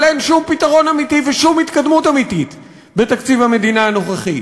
אבל אין שום פתרון אמיתי ושום התקדמות אמיתית בתקציב המדינה הנוכחי,